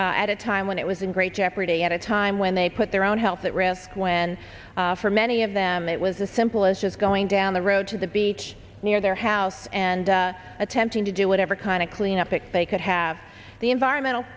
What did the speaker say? bay at a time when it was in great jeopardy at a time when they put their own health at risk when for many of them it was a simple as just going down the road to the beach near their house and attempting to do whatever kind of cleanup expect could have the environmental